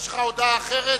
יש לך הודעה אחרת?